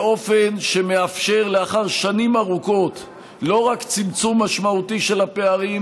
באופן שמאפשר לאחר שנים ארוכות לא רק צמצום משמעותי של הפערים